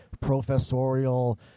professorial